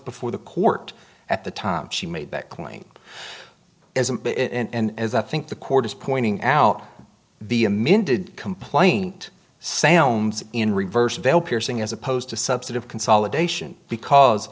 before the court at the time she made that claim and as i think the court is pointing out the amended complaint sounds in reverse veil piercing as opposed to subset of consolidation because